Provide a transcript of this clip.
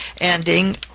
ending